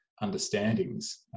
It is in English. understandings